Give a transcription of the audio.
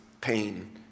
pain